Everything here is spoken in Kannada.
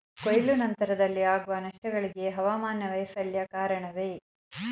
ಕೊಯ್ಲು ನಂತರದಲ್ಲಿ ಆಗುವ ನಷ್ಟಗಳಿಗೆ ಹವಾಮಾನ ವೈಫಲ್ಯ ಕಾರಣವೇ?